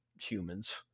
humans